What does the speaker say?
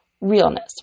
realness